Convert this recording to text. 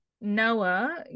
Noah